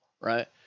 right